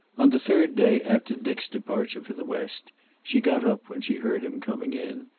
on the third day after dick's departure for the west she got up when she heard him coming in,